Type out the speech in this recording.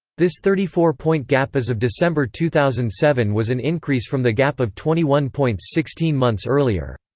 this thirty four point gap as of december two thousand and seven was an increase from the gap of twenty one points sixteen months earlier.